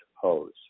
pose